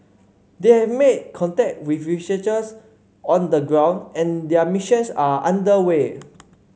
they have made contact with researchers on the ground and their missions are under way